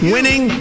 Winning